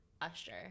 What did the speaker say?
Usher